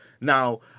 Now